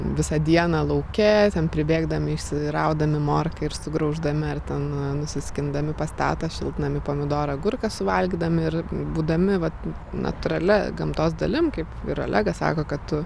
visą dieną lauke ten pribėgdami išsiraudami morką ir sugrauždami ar ten nusiskindami pas tetą šiltnamy pomidorą agurką suvalgydami ir būdami vat natūralia gamtos dalim kaip ir olegas sako kad tu